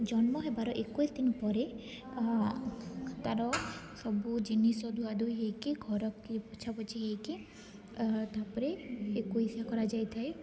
ଜନ୍ମ ହେବାର ଏକୋଇଶି ଦିନ ପରେ ତା'ର ସବୁ ଜିନିଷ ଧୁଆଧୋଇ ହୋଇକି ଘର କି ପୋଛା ପୋଛି ହୋଇକି ତାପରେ ଏକୋଇଶିଆ କରାଯାଇଥାଏ